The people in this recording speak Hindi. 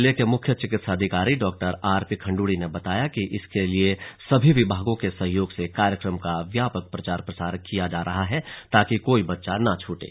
जिले के मुख्य चिकित्साधिकारी डॉ आरपीखण्ड्ड़ी ने बताया कि इसके लिए सभी विभागों के सहयोग से कार्यक्रम का व्यापक प्रचार प्रसार किया जा रहा हैं ताकि कोई बच्चा न छूटे